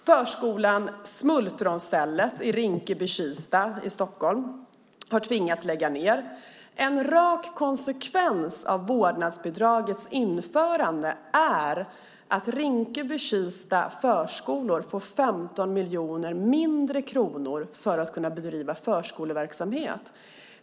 Förskolan Smultronstället i Rinkeby-Kista i Stockholm har tvingats lägga ned. En rak konsekvens av vårdnadsbidragets införande är att Rinkeby-Kistas förskolor får 15 miljoner kronor mindre till att bedriva förskoleverksamhet.